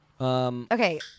Okay